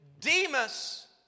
Demas